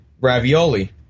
Ravioli